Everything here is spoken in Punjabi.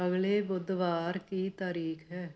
ਅਗਲੇ ਬੁੱਧਵਾਰ ਕੀ ਤਾਰੀਖ ਹੈ